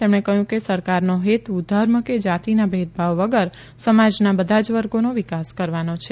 તેમણે કહ્યું કે સરકારનો હેતુ ધર્મ કે જાતિના ભેદભાવ વગર સમાજના બધા જ વર્ગોનો વિકાસ કરવાનો છે